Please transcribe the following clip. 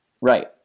Right